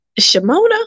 Shimona